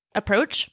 approach